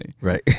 Right